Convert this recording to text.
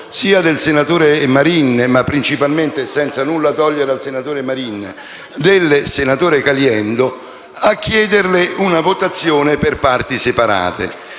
del senatore Marin, ma principalmente - senza nulla togliere al senatore Marin - del senatore Caliendo, sono costretto a chiederle la votazione per parti separate